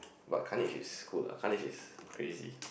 but Carnage is good lah Carnage is crazy